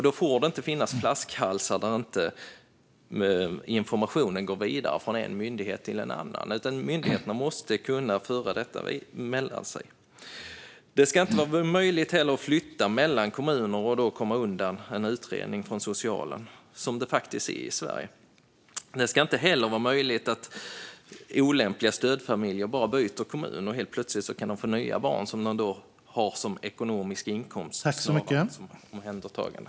Då får det inte finnas flaskhalsar som gör att information inte går vidare från en myndighet till en annan, utan myndigheter måste kunna föra detta emellan sig. Det ska heller inte vara möjligt att flytta mellan kommuner och komma undan en utredning från socialen, som det faktiskt är i Sverige. Det ska inte heller vara möjligt för olämpliga stödfamiljer att bara byta kommun och helt plötsligt kunna få nya barn som man har som inkomst snarare än att vara omhändertagande.